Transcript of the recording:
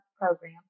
program